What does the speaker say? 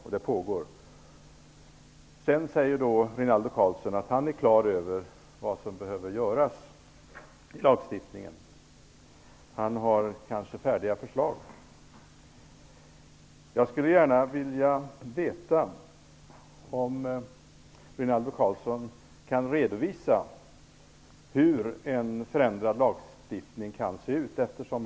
Sedan sade Rinaldo Karlsson att han är klar över vad som behöver göras med lagstiftningen. Han har kanske färdiga förslag. Jag skulle gärna vilja veta om Rinaldo Karlsson kan redovisa hur en förändring skall gå till.